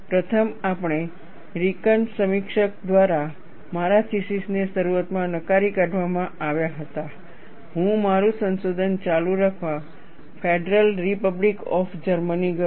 પ્રથમ આપણેરિકન સમીક્ષક દ્વારા મારા થીસીસને શરૂઆતમાં નકારી કાઢવામાં આવ્યા પછી હું મારું સંશોધન ચાલુ રાખવા ફેડરલ રિપબ્લિક ઓફ જર્મની ગયો